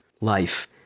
life